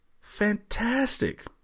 fantastic